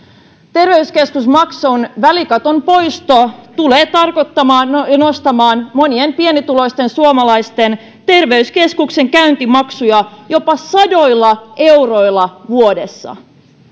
terveyskeskusmaksun välikaton poisto tulee nostamaan monien pienituloisten suomalaisten terveyskeskuksen käyntimaksuja jopa sadoilla euroilla vuodessa